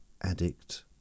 Addict